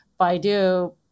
Baidu